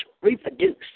reproduce